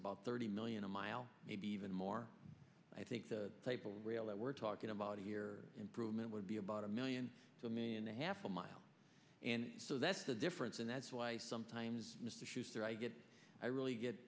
about thirty million a mile maybe even more i think the type of rail that we're talking about here improvement would be about a million so me and a half a mile and so that's the difference and that's why sometimes mr schuester i get i really get